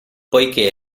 poiché